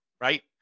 Right